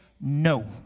no